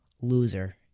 Loser